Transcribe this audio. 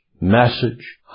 message